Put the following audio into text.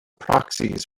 proxies